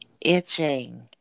itching